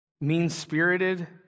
mean-spirited